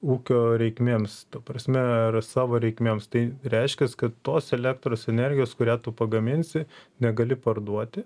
ūkio reikmėms ta prasme ar savo reikmėms tai reiškias kad tos elektros energijos kurią tu pagaminsi negali parduoti